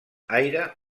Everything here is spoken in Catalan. aire